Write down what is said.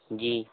जी